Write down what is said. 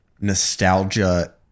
nostalgia